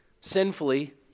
sinfully